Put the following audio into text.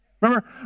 remember